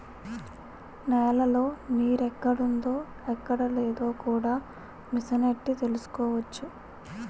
నేలలో నీరెక్కడుందో ఎక్కడలేదో కూడా మిసనెట్టి తెలుసుకోవచ్చు